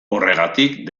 horregatik